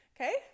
Okay